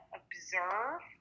observe